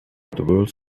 world